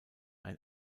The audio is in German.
ein